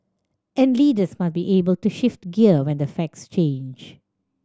and leaders must be able to shift gear when the facts change